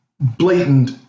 blatant